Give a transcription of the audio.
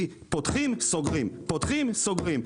כי פותחים-סוגרים-פותחים-סוגרים,